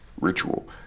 ritual